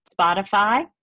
Spotify